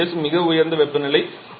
இது நாம் பேசும் மிக உயர்ந்த வெப்பநிலை